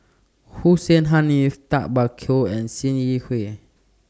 Hussein Haniff Tay Bak Koi and SIM Yi Hui